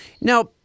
Now